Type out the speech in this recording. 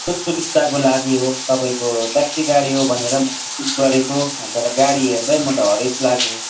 सुख सुबिस्ताको लागि हो तपाईँको ट्याक्सी गाडी हो भनेर बुक गरेको तर गाडी हेर्दै म त हरेस लाग्यो